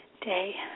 Day